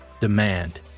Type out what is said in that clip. Demand